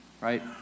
Right